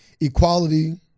Equality